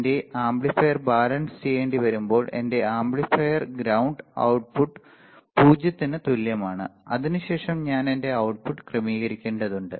എന്റെ amplifier balance ചെയ്യേണ്ടിവരുമ്പോൾ എന്റെ ആംപ്ലിഫയർ ഗ്രൌണ്ട് output 0 ന് തുല്യമാണ് അതിനുശേഷം ഞാൻ എന്റെ output ക്രമീകരിക്കേണ്ടതുണ്ട്